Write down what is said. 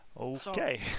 Okay